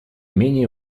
менее